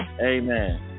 amen